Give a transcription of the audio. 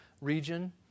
region